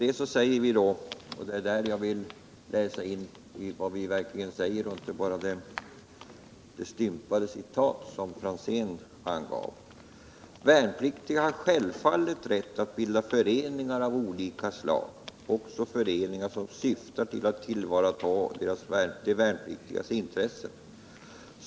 Jag vill här till protokollet läsa in vad vi verkligen säger och inte bara det stympade citat som herr Franzén angav: ”Värnpliktiga har självfallet rätt att bilda föreningar av olika slag, också föreningar som syftar till att tillvarata de värnpliktigas intressen.